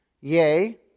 Yea